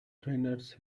trainers